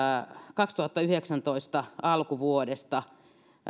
kaksituhattayhdeksäntoista alkuvuodesta